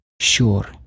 Sure